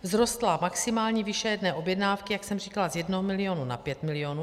Vzrostla maximální výše jedné objednávky, jak jsem říkala, z jednoho milionu na 5 milionů.